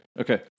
Okay